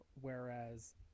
whereas